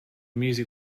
music